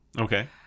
Okay